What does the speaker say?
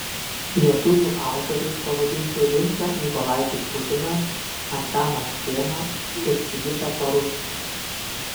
lietuvių autoriais pavadinčiau vincą mykolaitį putiną antaną škėmą ir sigitą parulskį